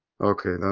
Okay